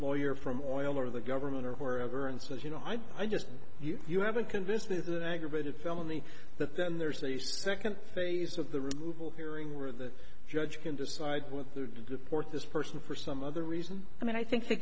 lawyer from oil or the government or whoever and says you know i just you you haven't convinced me is an aggravated felony that then there's the second phase of the removal hearing where the judge can decide with the court this person for some other reason i mean i think the